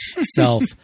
self